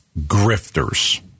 grifters